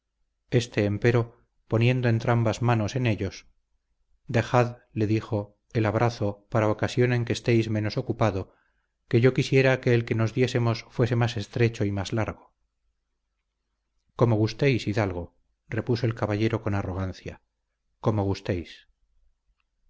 hidalgo éste empero poniendo entrambas manos en ellos dejad le dijo el abrazo para ocasión en que estéis menos ocupado que yo quisiera que el que nos diésemos fuese más estrecho y más largo como gustéis hidalgo repuso el caballero con arrogancia como gustéis